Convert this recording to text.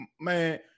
man